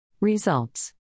Results